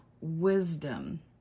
wisdom